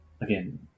again